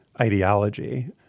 ideology